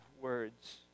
words